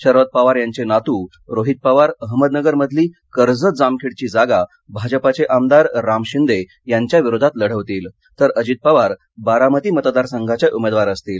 शरद पवार यांचे नातू रोहित पवार अहमदनगर मधली कर्जत जामखेडची जागा भाजपाचे आमदार राम शिंदे यांच्या विरोधात लढवतील तर अजित पवार बारामती मतदारसंघाचे उमेदवार असतील